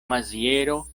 maziero